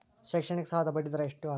ಶೈಕ್ಷಣಿಕ ಸಾಲದ ಬಡ್ಡಿ ದರ ಎಷ್ಟು ಅದರಿ?